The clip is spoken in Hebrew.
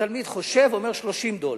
התלמיד חושב ואומר: 30 דולר.